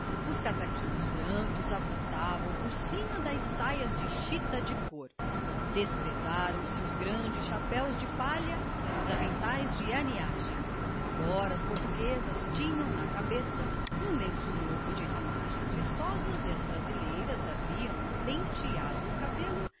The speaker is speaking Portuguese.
os casaquinhos brancos avultavam por cima das saias de chita de cor desprezavam se os grandes chapéus de palha e os aventais de aniagem agora as portuguesas tinham na cabeça um lenço novo de ramagens vistosas e as brasileiras haviam penteado o cabelo